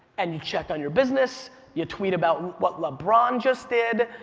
and you check on your business, you tweet about what lebron just did,